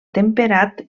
temperat